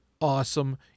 awesome